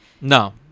No